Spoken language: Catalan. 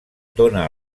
dóna